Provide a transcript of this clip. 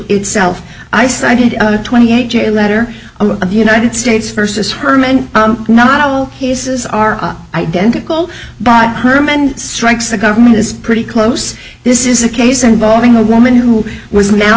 itself i cited twenty eight j letter of united states versus herman not all cases are identical but herman strikes the government is pretty close this is a case involving a woman who was now